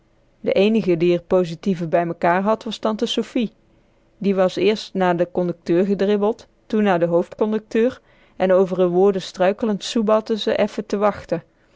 de eenige die r positieven bij mekaar had was tante sofie die was eerst na den conducteur gedribbeld toen na den hoofdconducteur en over r woorden struikelend soebatte ze effen te wachten